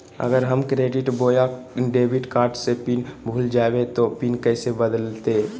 अगर हम क्रेडिट बोया डेबिट कॉर्ड के पिन भूल जइबे तो पिन कैसे बदलते?